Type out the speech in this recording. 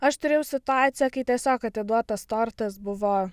aš turėjau situaciją kai tiesiog atiduotas tortas buvo